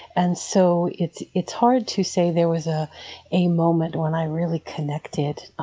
and so it's it's hard to say there was ah a moment when i really connected.